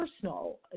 personal